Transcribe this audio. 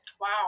wow